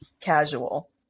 casual